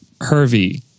Hervey